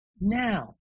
now